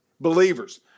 Believers